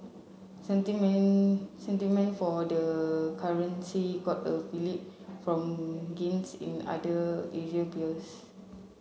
sentiment sentiment for the currency got a fillip from gains in other Asian peers